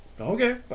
Okay